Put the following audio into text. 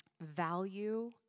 value